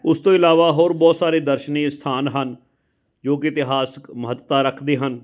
ਉਸ ਤੋਂ ਇਲਾਵਾ ਹੋਰ ਬਹੁਤ ਸਾਰੇ ਦਰਸ਼ਨੀ ਅਸਥਾਨ ਹਨ ਜੋ ਕਿ ਇਤਿਹਾਸਿਕ ਮਹੱਤਤਾ ਰੱਖਦੇ ਹਨ